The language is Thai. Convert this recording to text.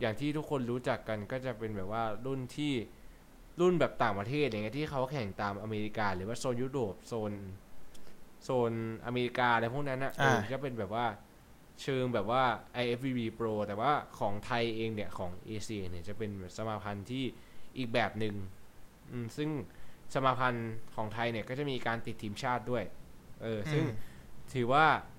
อย่างที่ทุกคนรู้จักกันก็จะเป็นแบบว่ารุ่นที่- รุ่นแบบต่างประเทศอย่างเงี้ย ที่เขาแข่งตามอเมริกาหรือว่าโซนยุโรป โซน- โซนอเมริกาอะไรพวกนั้นน่ะ เออใช่ก็เป็นแบบว่าเชิงแบบว่า IFBB Pro แต่ว่าของไทยเองเนี่ย ของ AC เนี่ยจะเป็นแบบสมาพันธ์ที่อีกแบบหนึ่ง อืม ซึ่งสมาพันธ์ของไทยเนี่ยก็จะมีการติดทีมชาติด- ด้วย เออ ซึ่งอืมถือว่า